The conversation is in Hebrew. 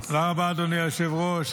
אדוני היושב-ראש.